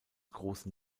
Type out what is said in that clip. großen